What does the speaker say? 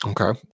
Okay